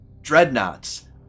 dreadnoughts